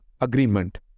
agreement